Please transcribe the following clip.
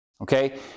okay